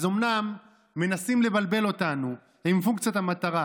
אז אומנם מנסים לבלבל אותנו עם פונקציית המטרה,